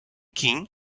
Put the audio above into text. кінь